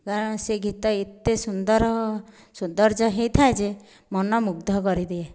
କାରଣ ସେ ଗୀତ ଏତେ ସୁନ୍ଦର ସୌନ୍ଦର୍ଯ୍ୟ ହେଇଥାଏ ଯେ ମନମୁଗ୍ଧ କରିଦିଏ